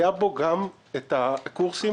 אני הייתי בדיונים האלה ואמרתי: אתם הולכים לחסל את המדינה,